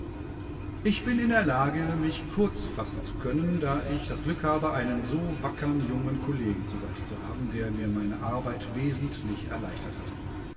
ich bin in der lage mich kurz fassen zu können da ich das glück habe einen so wackern jungen kollegen zur seite zu haben der mir meine arbeit wesentlich erleichtert hat